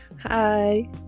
hi